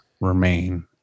remain